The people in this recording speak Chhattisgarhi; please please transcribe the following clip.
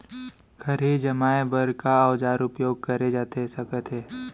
खरही जमाए बर का औजार उपयोग करे जाथे सकत हे?